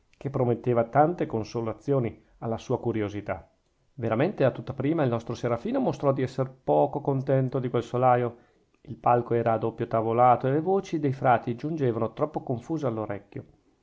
che prometteva tante consolazioni alla sua curiosità veramente a tutta prima il nostro serafino mostrò di essere poco contento di quel solaio il palco era a doppio tavolato e le voci dei frati giungevano troppo confuse all'orecchio